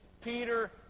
Peter